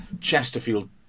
Chesterfield